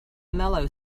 mellow